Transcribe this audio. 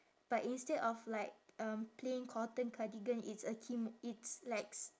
but instead of like um plain cotton cardigan it's a kim~ it's likes